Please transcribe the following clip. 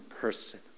person